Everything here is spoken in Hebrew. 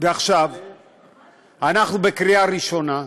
ועכשיו אנחנו בקריאה ראשונה,